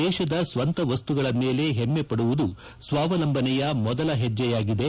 ದೇಶದ ಸ್ವಂತ ವಸ್ತುಗಳ ಮೇಲೆ ಹೆಮ್ಮೆ ಪಡುವುದು ಸ್ವಾವಲಂಬನೆಯ ಮೊದಲ ಹೆಜ್ಜೆಯಾಗಿದೆ